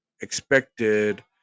expected